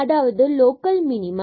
அதாவது local minimum